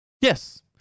yes